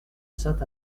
saint